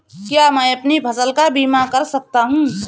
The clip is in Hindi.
क्या मैं अपनी फसल का बीमा कर सकता हूँ?